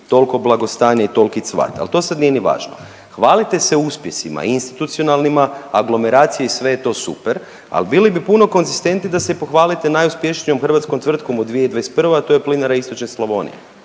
toliko blagostanje i toliki cvat, ali to sad nije ni važno. Hvalite se uspjesima institucionalnima, aglomeracije i sve je to super, ali bili bi puno konzistentniji da se i pohvalite najuspješnijom hrvatskom tvrtkom u 2021., a to je Plinara istočne Slavonije.